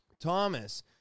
Thomas